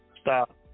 Stop